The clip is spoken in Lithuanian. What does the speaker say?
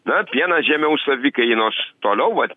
na pienas žemiau savikainos toliau vat